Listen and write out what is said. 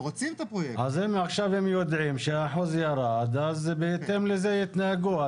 עכשיו הם יודעים שהאחוז ירד ובהתאם לזה יתנהגו,